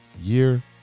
year